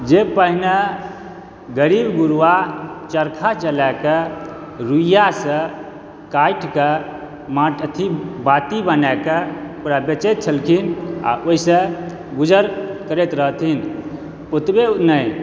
जे पहिने गरीब गुरबा चरखा चलाय कऽ रुइया सँ काटि कऽ अथी बाटी बनाकऽ ओकरा बेचैत छलखिन आ ओहिसॅं गुजर करैत रहथिन ओतबे नहि